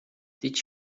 did